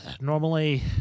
normally